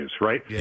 right